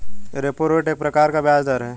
repo rate एक प्रकार का ब्याज़ दर है